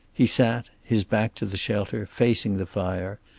he sat, his back to the shelter, facing the fire,